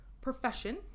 Profession